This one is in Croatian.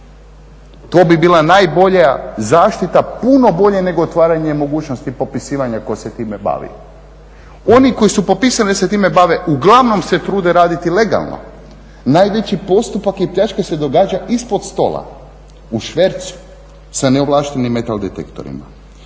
To bi bila najbolja zaštita puno bolje nego otvaranje mogućnosti popisivanja tko se time bavi. Oni koji su popisani da se time bave uglavnom se trude raditi legalno. Najveći postupak i pljačke se događa ispod stola u švercu sa neovlaštenim metal detektorima